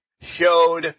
showed